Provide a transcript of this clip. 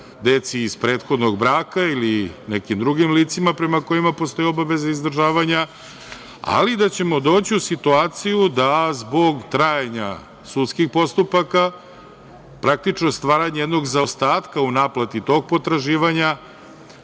deci iz prethodnog braka ili nekim drugim licima prema kojima postoji obaveza izdržavanja, ali da ćemo doći u situaciju da zbog trajanja sudskih postupaka, praktično stvaranja jednog zaostatka u naplati tog potraživanja,